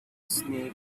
snake